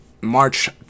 March